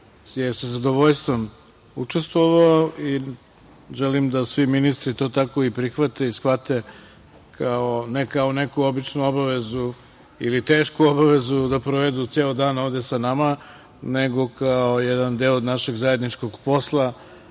je sa zadovoljstvom učestvovao i želim da svi ministri to tako i prihvate i shvate, ne kao neku običnu obavezu, ili tešku obavezu da provedu ceo dan ovde sa nama, nego kao jedan deo našeg zajedničkog posla